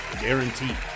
guaranteed